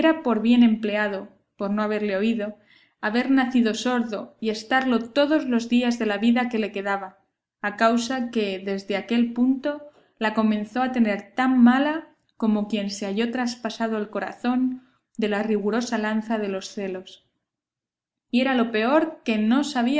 por bien empleado por no haberle oído haber nacido sordo y estarlo todos los días de la vida que le quedaba a causa que desde aquel punto la comenzó a tener tan mala como quien se halló traspasado el corazón de la rigurosa lanza de los celos y era lo peor que no sabía